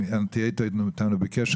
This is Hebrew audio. תהיה איתנו בקשר,